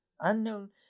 unknown